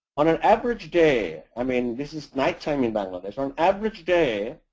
on an average day, i mean this is night time in bangladesh. on an average day,